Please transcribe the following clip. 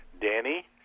Danny